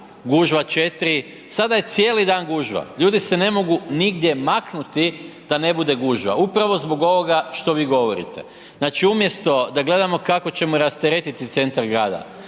gužva četiri, sada je cijeli dan gužva. Ljudi se ne mogu nigdje maknuti da ne bude gužve, upravo zbog ovoga što vi govorite. Znači umjesto da gledamo kako ćemo rasteretiti centar grada,